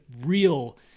real